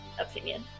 opinion